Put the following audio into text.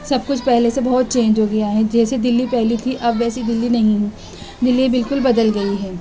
سب کچھ پہلے سے بہت چینج ہو گیا ہے جیسے دہلی پہلے تھی اب ویسی دہلی نہیں ہے دہلی بالکل بدل گئی ہے